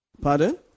Pardon